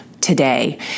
today